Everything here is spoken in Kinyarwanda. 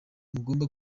mugomba